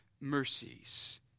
mercies